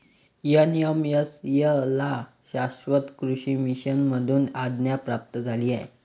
NMSA ला शाश्वत कृषी मिशन मधून आज्ञा प्राप्त झाली आहे